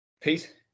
Pete